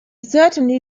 certainly